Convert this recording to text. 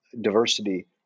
diversity